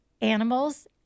animals